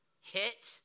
hit